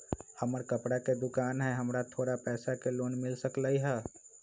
हमर कपड़ा के दुकान है हमरा थोड़ा पैसा के लोन मिल सकलई ह?